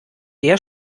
der